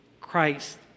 Christ